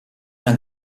una